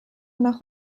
nach